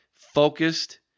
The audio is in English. focused